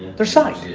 they're signed.